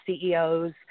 CEOs